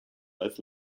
als